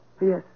Yes